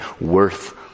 worth